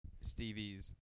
Stevie's